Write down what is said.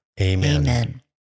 Amen